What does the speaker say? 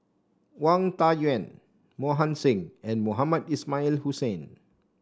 Wang Dayuan Mohan Singh and Mohamed Ismail Hussain